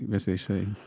um as they say.